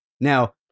Now